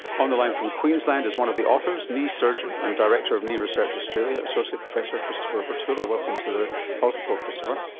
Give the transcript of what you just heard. on the line from queensland is one of the authors, the surgeon and director of knee research australia, associate professor christopher vertullo. welcome to the health report, christopher.